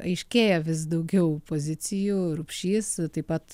aiškėja vis daugiau pozicijų rupšys taip pat